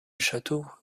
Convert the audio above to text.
château